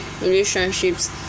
relationships